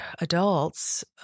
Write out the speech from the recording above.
adults